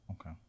okay